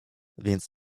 więc